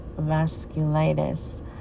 vasculitis